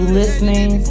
listening